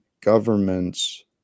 governments